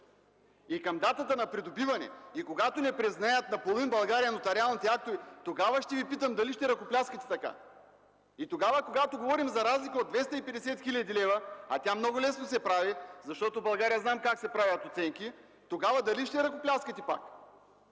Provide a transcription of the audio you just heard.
и към датата на придобиване, и когато не признаят на половин България нотариалните актове, тогава ще Ви питам дали ще ръкопляскате така?! Когато говорим за разлика от 250 хил. лв., а тя много лесно се прави, защото в България знаем как се правят оценки, тогава дали ще ръкопляскате пак?!